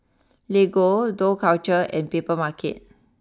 Lego Dough culture and Papermarket